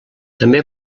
també